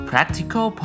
Practical